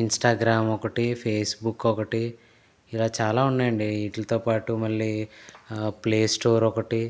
Instagram ఒకటి Facebook ఒకటి ఇలా చాలా ఉన్నాయండి వీట్లతో పాటు మళ్ళీ ప్లేస్టోర్ ఒకటి